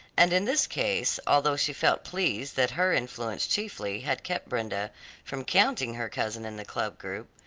and in this case although she felt pleased that her influence chiefly had kept brenda from counting her cousin in the club group,